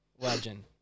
Legend